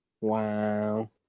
Wow